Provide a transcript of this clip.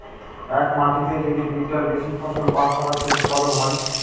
এক মাটিতে যদি দুইটার বেশি ফসল পাশাপাশি উৎপাদন হয়